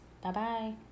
Bye-bye